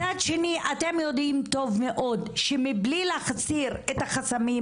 מצד שני אתם יודעים טוב מאוד שמבלי להסיר את החסמים